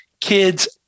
kids